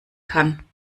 kann